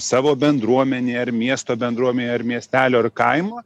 savo bendruomenei ar miesto bendruomenei ar miestelio ar kaimo